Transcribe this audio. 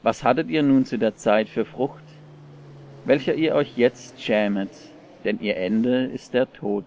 was hattet ihr nun zu der zeit für frucht welcher ihr euch jetzt schämet denn ihr ende ist der tod